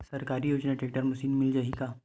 सरकारी योजना tractor machine मिल जाही का?